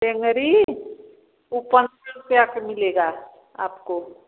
सेंगरी वह पाँच सौ रुपया का मिलेगा आपको